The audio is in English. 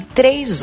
três